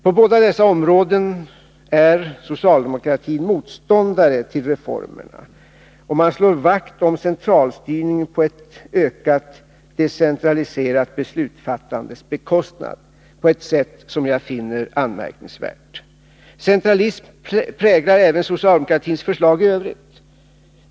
På båda dessa områden är socialdemokratin motståndare till reformerna, och man slår vakt om centralstyrning på ett ökat decentraliserat beslutsfattandes bekostnad på ett sätt som jag finner anmärkningsvärt. Centralism präglar även socialdemokratins förslag i övrigt.